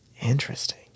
Interesting